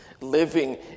living